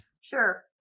Sure